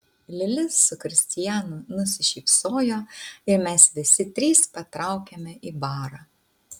lili su kristijanu nusišypsojo ir mes visi trys patraukėme į barą